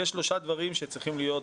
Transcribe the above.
יש שלושה דברים שצריכים לדעתי להיות